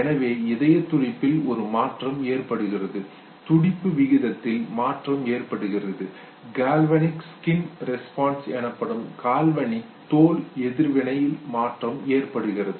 எனவே இதயத்துடிப்பில் ஒரு மாற்றம் ஏற்படுகிறது துடிப்பு விகிதத்தில் மாற்றம் ஏற்படுகிறது கால்வனிக் ஸ்கின் ரெஸ்பான்ஸ் எனப்படும் கால்வனிக் தோல் எதிர்வினையில் மாற்றம் ஏற்படுகிறது